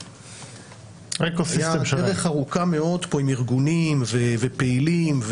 זו הייתה דרך ארוכה מאוד עם ארגונים ופעילים,